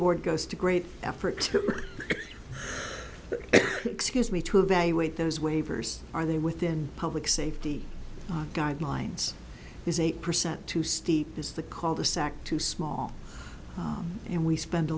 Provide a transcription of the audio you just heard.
board goes to great effort excuse me to evaluate those waivers are they within public safety guidelines is eight percent too steep is the call the sac too small and we spend a